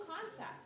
concept